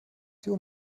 diese